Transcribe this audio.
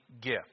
gift